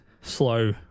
slow